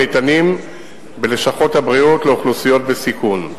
הניתנים בלשכות הבריאות לאוכלוסיות בסיכון.